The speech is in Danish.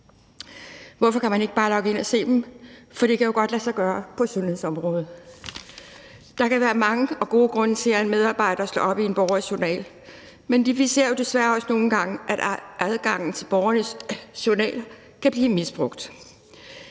Hvorfor kan man ikke bare logge ind og se dem? For det kan jo godt lade sig gøre på sundhedsområdet. Der kan være mange gode grunde til, at en medarbejder slår op i en borgers journal, men vi ser jo desværre også nogle gange, at adgangen til borgernes journaler kan blive misbrugt.